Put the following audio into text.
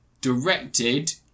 directed